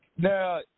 Now